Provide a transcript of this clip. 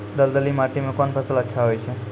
दलदली माटी म कोन फसल अच्छा होय छै?